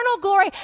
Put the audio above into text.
glory